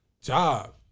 job